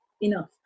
enough